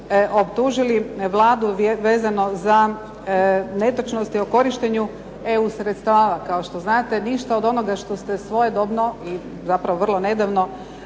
optužili Vladu vezano za netočnosti o korištenju EU sredstava. Kao što znate, ništa od onoga što ste svojedobno i zapravo vrlo nedavno